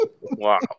Wow